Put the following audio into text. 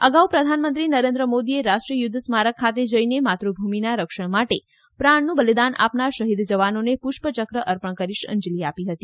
અગાઉ પ્રધાનમંત્રી નરેન્દ્ર મોદીએ રાષ્ટ્રીય યુધ્ધ સ્મારક ખાતે જઈને માતૃભૂમિના રક્ષણ માટે પ્રાણનું બલિદાન આપનાર શહીદ જવાનોને પુષ્પચક્ર અર્પણ કરી અંજલિ આપી હતી